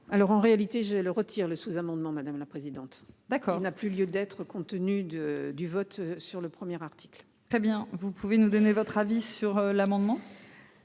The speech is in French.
Alors en réalité je le retire le sous-amendement madame la présidente d'accord n'a plus lieu d'être, compte tenu de, du vote sur le premier article. Fabien, vous pouvez nous donner votre avis sur l'amendement.